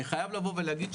אני חייב לבוא ולהגיד,